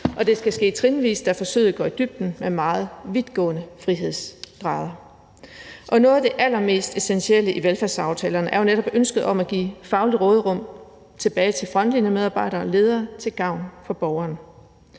Og det skal ske trinvis, da forsøget går i dybden med meget vidtgående frihedsgrader. Og noget af det allermest essentielle i velfærdsaftalerne er jo netop ønsket om at give fagligt råderum tilbage til frontlinjemedarbejdere og ledere til gavn for borgerne.